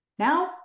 Now